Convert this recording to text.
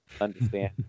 understand